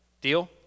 Deal